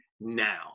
now